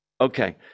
Okay